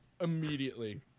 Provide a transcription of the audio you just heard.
immediately